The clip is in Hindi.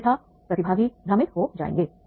अन्यथा प्रतिभागी भ्रमित हो जाएंगे